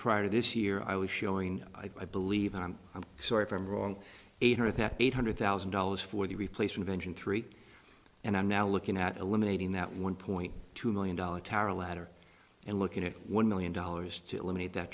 prior to this year i was showing i believe i'm i'm sorry from wrong eight hundred that eight hundred thousand dollars for the replace invention three and i'm now looking at eliminating that one point two million dollar tower a ladder and looking at one million dollars to eliminate that